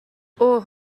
اوه